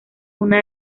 una